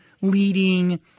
leading